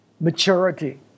maturity